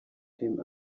him